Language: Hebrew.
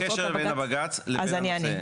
מה הקשר בין הבג"צ לבין התקנות האלה?